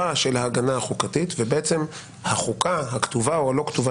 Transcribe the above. של ההגנה החוקתית ובעצם החוקה הכתובה או הלא כתובה